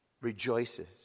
rejoices